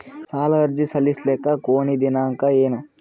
ಸಾಲ ಅರ್ಜಿ ಸಲ್ಲಿಸಲಿಕ ಕೊನಿ ದಿನಾಂಕ ಏನು?